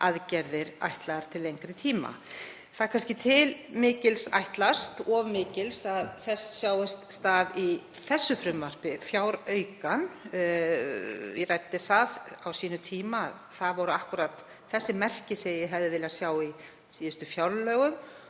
aðgerðir ætlaðar til lengri tíma. Það er kannski til of mikils ætlast að þess sjái stað í þessu frumvarpi til fjáraukalaga. Ég ræddi það á sínum tíma að það voru akkúrat þessi merki sem ég hefði viljað sjá í síðustu fjárlögum